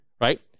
right